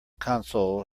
console